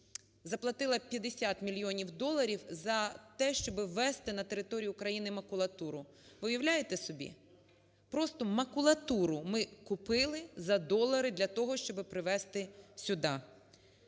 заплатила 50 мільйонів доларів за те, що ввести на територію України макулатуру. Ви уявляєте собі? Просто макулатуру ми купили за долари для того, щоб привести сюди.